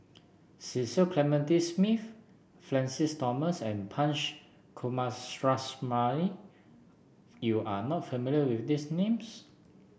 Cecil Clementi Smith Francis Thomas and Punch Coomaraswamy you are not familiar with these names